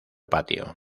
patio